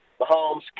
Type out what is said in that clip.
Mahomes